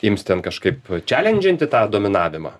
ims ten kažkaip čelendžinti tą dominavimą